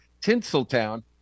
Tinseltown